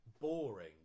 boring